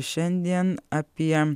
šiandien apie